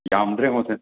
ꯌꯥꯝꯗ꯭ꯔꯥ ꯌꯦꯡꯉꯣꯁꯦ